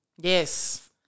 Yes